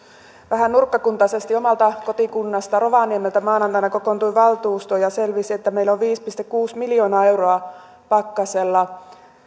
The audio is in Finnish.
vähän nurkkakuntaisesti omasta kotikunnasta rovaniemeltä maanantaina kokoontui valtuusto ja selvisi että meillä on viisi pilkku kuusi miljoonaa euroa pakkasella